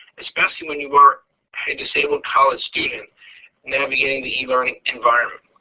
especially when you are a disabled college student navigating the learning environment.